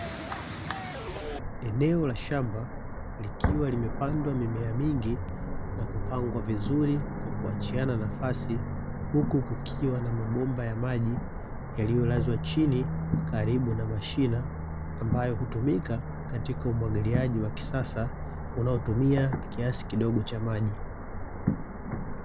Eneo la shamba likiwa limepandwa mimea mingi na kupangwa vizuri kwa kuachiana nafasi, huku kukiwa na mabomba ya maji yaliyolazwa chini karibu na mashina, ambayo hutumika katika umwagiliaji wa kisasa, unaotumia kiasi kidogo cha maji.